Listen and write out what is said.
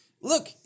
Look